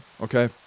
okay